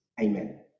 Amen